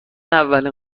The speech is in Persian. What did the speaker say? اولین